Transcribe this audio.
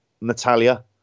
Natalia